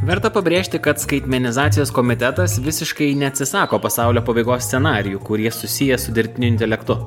verta pabrėžti kad skaitmenizacijos komitetas visiškai neatsisako pasaulio pabaigos scenarijų kurie susiję su dirbtiniu intelektu